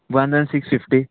one thousand six fifty